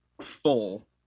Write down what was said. full